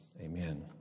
Amen